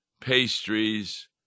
pastries